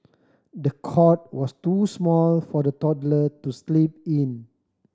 the cot was too small for the toddler to sleep in